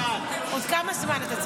עוד כמה זמן אתה צריך?